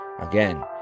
Again